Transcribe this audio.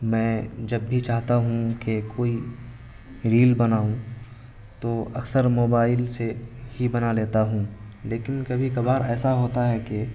میں جب بھی چاہتا ہوں کہ کوئی ریل بناؤں تو اکثر موبائل سے ہی بنا لیتا ہوں لیکن کبھی کبھار ایسا ہوتا ہے کہ